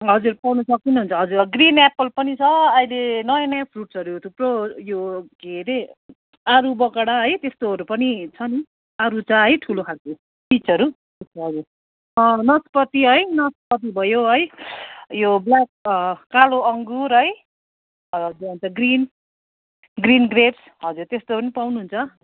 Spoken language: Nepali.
हजुर पाउनु सक्नुहुन्छ हजुर ग्रिन एप्पल पनि छ अहिले नयाँ नयाँ फ्रुट्सहरू थुप्रो यो के हरे आरुबगडा है त्यस्तोहरू पनि छन् आरुचा है ठुलो खालको पिचहरू हजुर नस्पती है नस्पती भयो है यो ब्ल्याक कालो अङ्गुर है हजुर हजुर ग्रिन ग्रिन ग्रेप्स हजुर त्यस्तोहरू पनि पाउनुहुन्छ